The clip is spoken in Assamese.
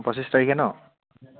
পঁচিছ তাৰিখে ন